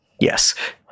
Yes